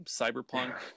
cyberpunk